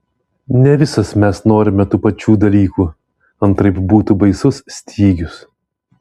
ne visos mes norime tų pačių dalykų antraip būtų baisus stygius